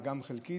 וגם חלקית,